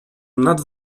nad